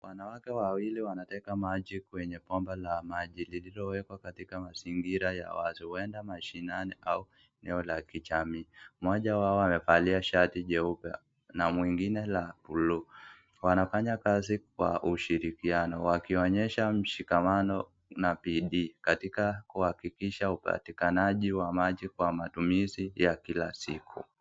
Wanawake wawili wanateka maji kwenye bomba la maji, lililowekwa kwenye mazingira ya mashinani, ama eneo la jamii, wamevalia shati jeupe na mwingine la buluu, wanafanya kazi kwa ushirikiano wakionyesha ushirikiano na bidii katika upatikanaji wa maji kwa matumizi ya kila siku.